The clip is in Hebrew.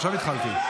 עכשיו התחלתי.